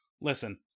listen